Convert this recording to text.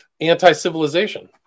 anti-civilization